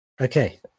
Okay